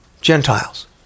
Gentiles